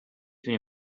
تونی